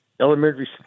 elementary